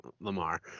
Lamar